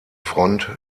front